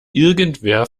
irgendwer